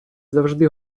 завжди